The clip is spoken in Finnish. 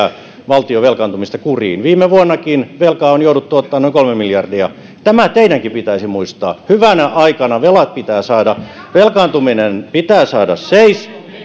valtion velkaantumista kuriin viime vuonnakin velkaa on jouduttu ottamaan noin kolme miljardia tämä teidänkin pitäisi muistaa hyvänä aikana velkaantuminen pitää saada seis